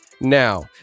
now